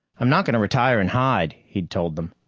i'm not going to retire and hide, he'd told them,